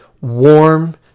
warm